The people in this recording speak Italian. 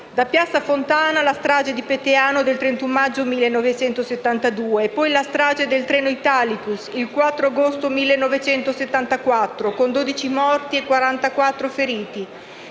da piazza Fontana alla strage di Peteano del 31 maggio 1972, poi la strage del treno Italicus il 4 agosto 1974, con dodici morti